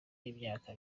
y’imyaka